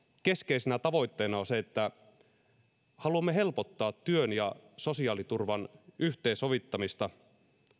keskeisenä tavoitteena on se että haluamme helpottaa työn ja sosiaaliturvan yhteen sovittamista